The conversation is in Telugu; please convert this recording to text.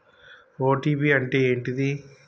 ఓ.టీ.పి అంటే ఏంటిది?